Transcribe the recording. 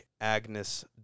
Agnes